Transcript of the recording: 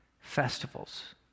festivals